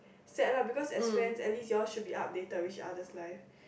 sad lah because as friends at least you all should be updated other's life